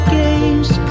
games